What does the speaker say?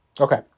Okay